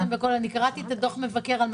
לכאן לדיון להצגת תקציב משרד התחבורה.